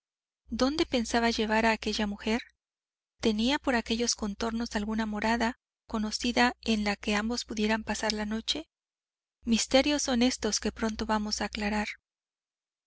dónde pensaba llevar a aquella mujer tenía por aquellos contornos alguna morada conocida en la que ambos pudieran pasar la noche misterios son estos que pronto vamos a aclarar